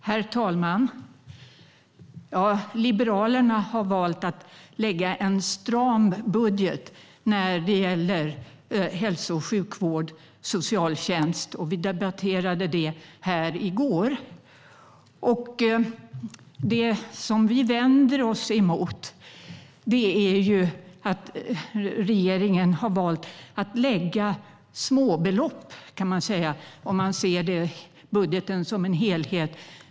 Herr talman! Liberalerna har valt att lägga en stram budget när det gäller hälso och sjukvård och socialtjänst. Vi debatterade det här i går. Det som vi vänder oss emot är att regeringen har valt att lägga småbelopp, som man kan kalla det om man ser budgeten som en helhet.